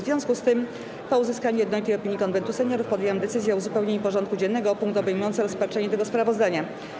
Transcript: W związku z tym, po uzyskaniu jednolitej opinii Konwentu Seniorów, podjęłam decyzję o uzupełnieniu porządku dziennego o punkt obejmujący rozpatrzenie tego sprawozdania.